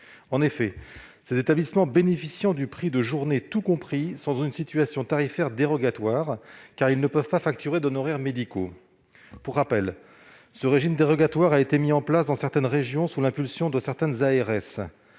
En effet, les établissements qui bénéficient du prix de journée « tout compris » sont dans une situation tarifaire dérogatoire, car ils ne peuvent pas facturer d'honoraires médicaux. Pour rappel, ce régime dérogatoire a été mis en place dans certaines régions, sous l'impulsion des ARS.